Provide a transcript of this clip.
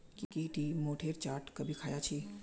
की टी मोठेर चाट कभी ख़या छि